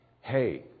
hey